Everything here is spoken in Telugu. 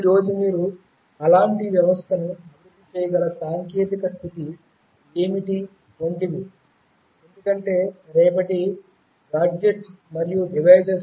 ఈ రోజు మీరు అలాంటి వ్యవస్థను అభివృద్ధి చేయగల సాంకేతిక స్థితి ఏమిటి వంటివి ఎందుకంటే రేపటి గాడ్జెట్లు మరియు డివైసెస్